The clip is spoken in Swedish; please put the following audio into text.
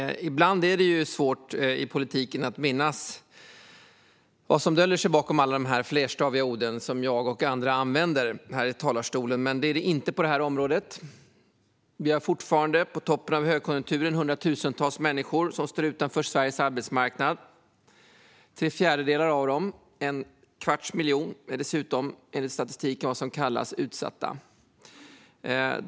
Ibland är det i politiken svårt att minnas vad som döljer sig bakom alla flerstaviga ord som jag och andra använder här i talarstolen, men så är det inte på det här området. Vi har fortfarande, på toppen av högkonjunkturen, hundratusentals människor som står utanför Sveriges arbetsmarknad. Tre fjärdedelar av dem, en kvarts miljon människor, är dessutom enligt statistiken vad som kallas utsatta.